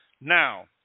Now